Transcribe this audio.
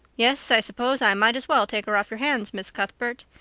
yes, i suppose i might as well take her off your hands, miss cuthbert.